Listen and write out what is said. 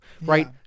right